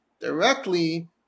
directly